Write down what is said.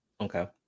okay